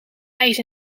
ijs